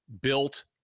built